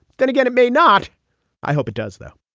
then again it may not i hope it does though